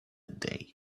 day